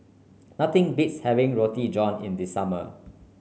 nothing beats having Roti John in the summer